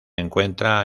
encuentra